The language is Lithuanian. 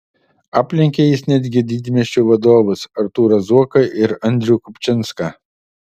aplenkė jis netgi didmiesčių vadovus artūrą zuoką ir andrių kupčinską